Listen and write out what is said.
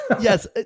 yes